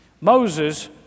Moses